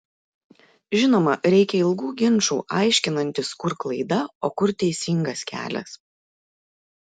žinoma reikia ilgų ginčų aiškinantis kur klaida o kur teisingas kelias